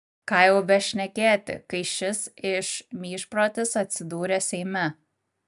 ką jau bešnekėti kai šis išmyžprotis atsidūrė seime